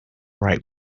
right